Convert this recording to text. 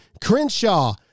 Crenshaw